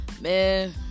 Man